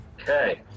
Okay